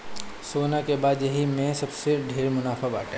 सोना के बाद यही में सबसे ढेर मुनाफा बाटे